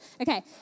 okay